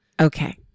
Okay